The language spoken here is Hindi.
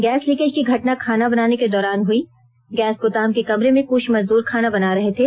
गैस लिकेज की घटना खाना बनाने के दौरान हुई गैस गोदाम के कमरे में कुछ मजदूर खाना बना रहे थे